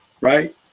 Right